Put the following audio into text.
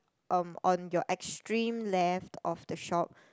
um on your extreme left of the shop